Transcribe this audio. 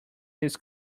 his